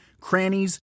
crannies